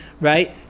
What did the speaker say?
right